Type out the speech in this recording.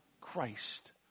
Christ